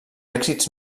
èxits